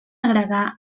agregar